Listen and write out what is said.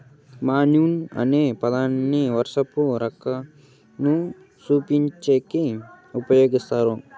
monsoon అనే పదాన్ని వర్షపు రాకను సూచించేకి ఉపయోగిస్తారు